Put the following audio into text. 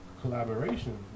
collaboration